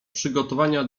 przygotowania